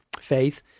faith